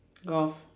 golf